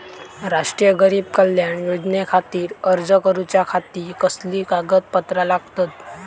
राष्ट्रीय गरीब कल्याण योजनेखातीर अर्ज करूच्या खाती कसली कागदपत्रा लागतत?